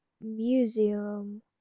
museum